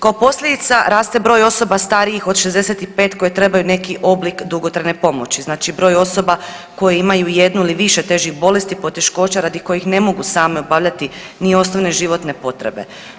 Kao posljedice raste broj osoba starijih od 65 koji trebaju neki oblik dugotrajne pomoći, znači broj osoba koje imaju jednu ili više težih bolesti i poteškoća radi kojih ne mogu same obavljati ni osnovne životne potrebe.